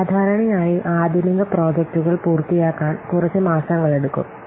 സാധാരണയായി ആധുനിക പ്രോജക്ടുകൾ പൂർത്തിയാക്കാൻ കുറച്ച് മാസങ്ങളെടുക്കും